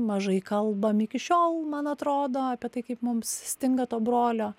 mažai kalbam iki šiol man atrodo apie tai kaip mums stinga to brolio